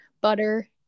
butter